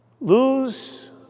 Lose